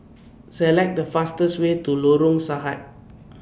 Select The fastest Way to Lorong Sahad